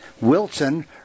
Wilson